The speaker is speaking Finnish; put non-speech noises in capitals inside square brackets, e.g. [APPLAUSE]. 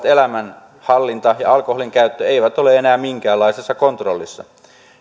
[UNINTELLIGIBLE] elämänhallinta ja alkoholinkäyttö eivät ole enää minkäänlaisessa kontrollissa